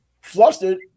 flustered